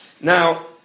Now